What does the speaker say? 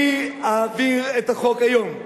אני אעביר את החוק היום,